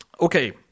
Okay